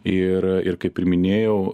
ir ir kaip ir minėjau